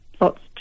lots